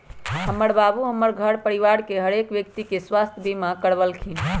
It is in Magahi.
हमर बाबू हमर घर परिवार के हरेक व्यक्ति के स्वास्थ्य बीमा करबलखिन्ह